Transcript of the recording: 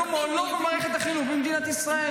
מקומו לא במערכת החינוך במדינת ישראל.